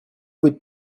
быть